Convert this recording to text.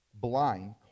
blind